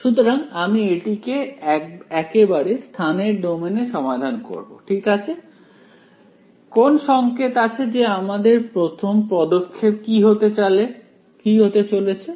সুতরাং আমি এটিকে একেবারে স্থানের ডোমেইনে সমাধান করব ঠিক আছে কোন সঙ্কেত আছে যে আমাদের প্রথম পদক্ষেপ কি হতে চলেছে